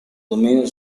dominio